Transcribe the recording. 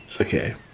Okay